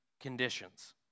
conditions